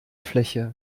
fläche